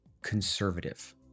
Conservative